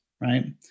right